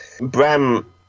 Bram